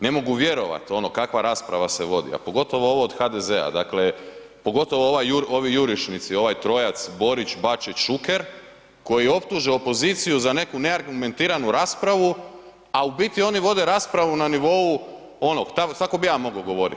Ne mogu vjerovati ono kakva rasprava se vodi, a pogotovo ovo od HDZ-a, dakle pogotovo ovi jurišnici, ovaj trojac Borić, Bačić, Šuker koji optuže opoziciju za neku neargumentiranu raspravu, a u biti oni vode raspravu na nivou ono tako bi ja mogao govoriti.